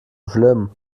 schlimm